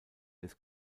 des